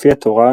לפי התורה,